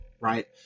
right